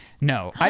No